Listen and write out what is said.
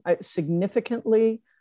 Significantly